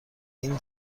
این